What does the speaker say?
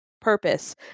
purpose